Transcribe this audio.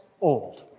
old